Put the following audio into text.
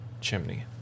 chimney